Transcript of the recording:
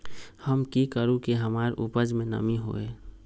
हम की करू की हमार उपज में नमी होए?